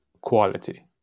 quality